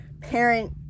parent